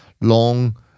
long